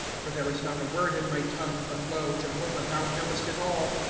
for there is not a word in my tongue. but lo, jehovah, thou knowest it all.